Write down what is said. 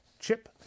Chip